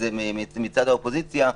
שזה מצד האופוזיציה,